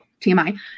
TMI